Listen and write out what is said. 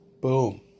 Boom